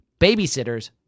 babysitters